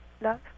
love